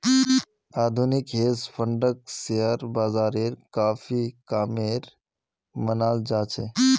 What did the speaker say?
आधुनिक हेज फंडक शेयर बाजारेर काफी कामेर मनाल जा छे